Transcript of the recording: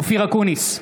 אופיר אקוניס,